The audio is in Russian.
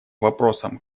вопросом